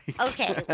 Okay